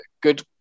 good